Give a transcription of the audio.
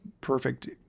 perfect